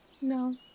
No